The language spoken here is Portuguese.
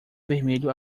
vermelho